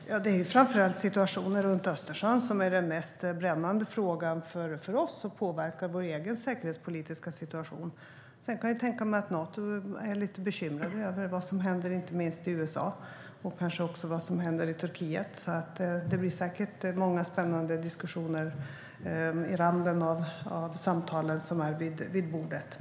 Herr talman! Det är framför allt situationen runt Östersjön som är den mest brännande frågan för oss och som påverkar vår egen säkerhetspolitiska situation. Jag kan tänka mig att Nato är lite bekymrat över vad som händer, inte minst i USA, och vad som händer i Turkiet. Det blir säkert många spännande diskussioner i randen av samtalen vid bordet.